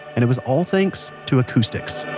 and it was all thanks to acoustics